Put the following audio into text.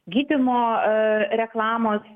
gydymo reklamos